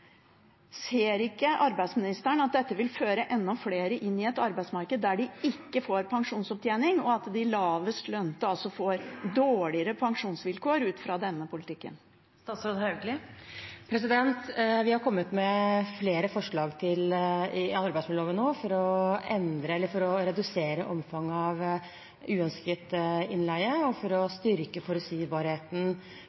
Ser ikke arbeidsministeren at dette vil føre enda flere inn i et arbeidsmarked der de ikke får pensjonsopptjening, og at de lavest lønte får dårligere pensjonsvilkår ut fra denne politikken? Vi har kommet med flere forslag i arbeidsmiljøloven nå for å endre eller redusere omfanget av uønsket innleie, og for å